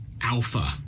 alpha